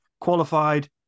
qualified